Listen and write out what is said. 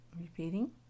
Repeating